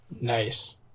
Nice